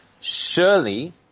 surely